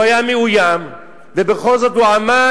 הוא היה מאוים ובכל זאת הוא עמד,